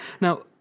Now